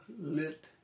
lit